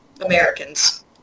Americans